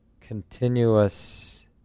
continuous